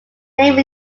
name